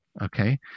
Okay